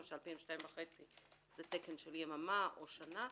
הם 2.5 - זה תקן של יממה או שנה,